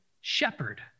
shepherd